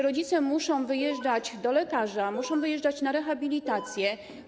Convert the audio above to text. Rodzice muszą wyjeżdżać do lekarza, muszą wyjeżdżać na rehabilitację.